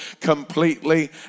completely